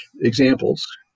examples